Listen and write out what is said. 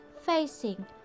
facing